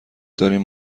داریم